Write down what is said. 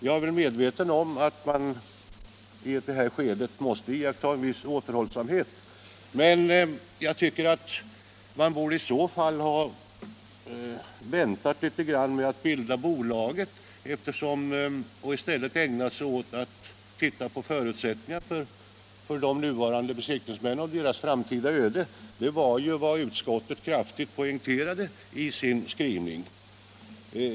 Jag är väl medveten om att man i detta skede måste iaktta en viss återhållsamhet, men jag tycker att man i så fall borde ha väntat litet med att bilda bolaget och i stället ägnat sig åt att titta på förutsättningarna för de nuvarande besiktningsmännens verksamhet och deras framtida öde. Det var ju vad utskottet kraftigt poängterade som sin mening.